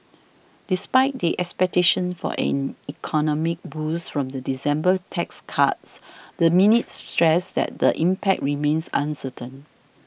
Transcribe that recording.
despite the expectations for an economic boost from the December tax cuts the minutes stressed that the impact remains uncertain